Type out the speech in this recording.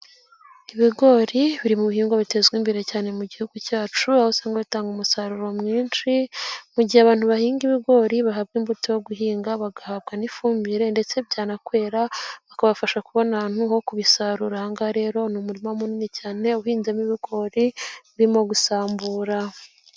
Ibigori biri muhingwa bitezwa imbere cyane mu gihugu cyacu aho usanga bitanga umusaruro mwinshi ,mu gihe abantu bahinga ibigori bahabwa imbuto yo guhinga bagahabwa n'ifumbire ndetse byanakwera bakabafasha kubona ahantu ho kubisarur. Ahangaha rero ni umurima munini cyane uhinzemo ibigori birimo gusambura.